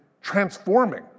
transforming